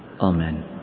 Amen